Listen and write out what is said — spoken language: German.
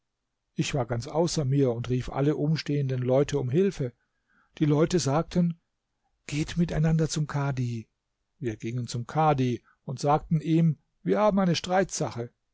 ich war ganz außer mir und rief alle umstehenden leute um hilfe die leute sagten geht miteinander zum kadhi wir gingen zum kadhi und sagten ihm wir haben eine